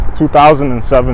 2007